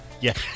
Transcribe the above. Yes